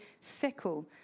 fickle